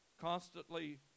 constantly